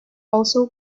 also